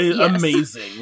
Amazing